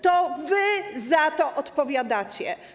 To wy za to odpowiadacie.